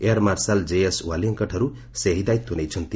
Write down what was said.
air marshal JS ୱାଲିଆଙ୍କଠାରୁ ସେ ଏହି ଦାୟିତ୍ୱ ନେଇଛନ୍ତି